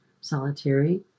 solitary